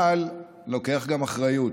אבל גם לוקח אחריות,